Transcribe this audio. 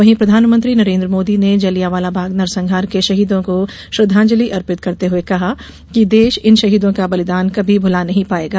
वहीं प्रधानमंत्री नरेंद्र मोदी ने जलियांवाला बाग नरसंहार के शहीदों को श्रद्वांजलि अर्पित करते हुए कहा कि देश इन शहीदों का बलिदान कभी भुला नहीं पायेगा